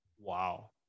Wow